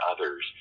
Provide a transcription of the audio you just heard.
others